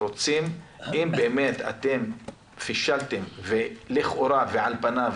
אם באמת אתם פישלתם ולכאורה ועל פניו